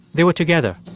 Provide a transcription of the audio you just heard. they were together.